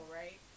right